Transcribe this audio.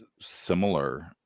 similar